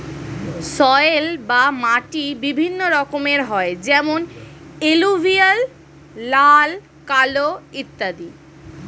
soil বা মাটি বিভিন্ন রকমের হয় যেমন এলুভিয়াল, লাল, কালো ইত্যাদি